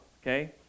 okay